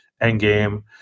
Endgame